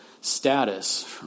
status